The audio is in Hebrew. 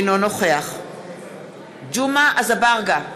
אינו נוכח ג'מעה אזברגה,